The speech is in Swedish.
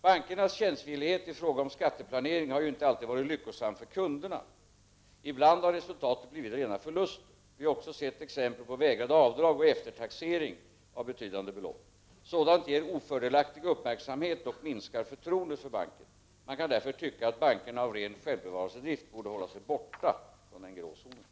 Bankernas tjänstvillighet i fråga om skatteplanering har ju inte alltid varit lyckosam för kunderna. Ibland har resultatet blivit rena förluster. Vi har också sett exempel på vägrade avdrag och eftertaxering av betydande belopp. Sådant ger ofördelaktig uppmärksamhet och minskar förtroendet för banken. Man kan därför tycka att bankerna av ren självbevarelsedrift borde hålla sig borta från den grå zonen.